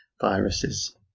viruses